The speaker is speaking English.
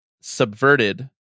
subverted